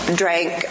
drank